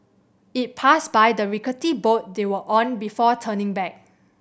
it passed by the rickety boat they were on before turning back